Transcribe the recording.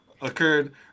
occurred